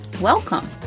Welcome